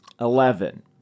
Eleven